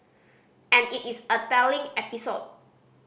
and it is a telling episode